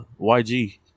YG